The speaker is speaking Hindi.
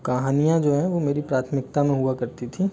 कहानियाँ जो है वो मेरी प्राथमिकता में हुआ करती थीं